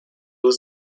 was